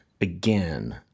Again